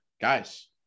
guys